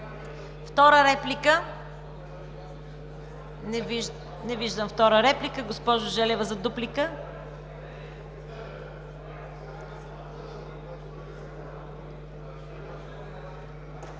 Втора реплика? Не виждам втора реплика. Госпожо Желева, за дуплика?